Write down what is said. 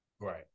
Right